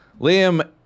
Liam